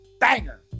banger